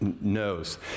knows